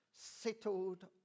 settled